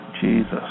Jesus